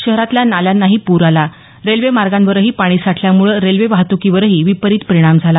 शहरातल्या नाल्यांनाही पूर आला रेल्वे मार्गांवरही पाणी साठल्यामुळे रेल्वे वाहतुकीवरही विपरीत परिणाम झाला